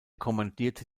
kommandierte